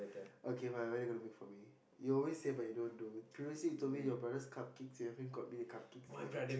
okay fine what are you gonna make for me you always say but you don't do previously told me your brother's cupcakes you haven't got me the cupcakes yet